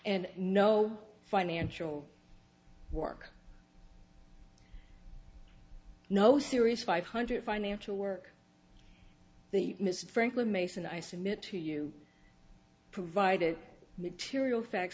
and no financial work no serious five hundred financial work the mr franklin mason i submit to you provided material facts